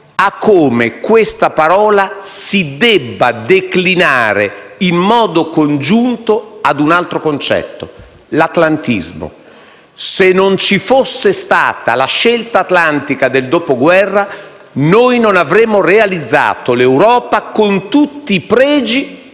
a come questa parola si debba declinare in modo congiunto a un altro concetto: l'atlantismo. Se non ci fosse stata la scelta atlantica del dopoguerra, noi non avremmo realizzato l'Europa, con tutti i pregi